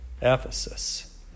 Ephesus